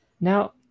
Now